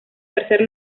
tercer